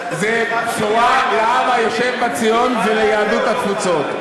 זו בשורה לעם היושב בציון וליהדות התפוצות.